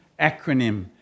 acronym